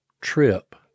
trip